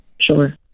Sure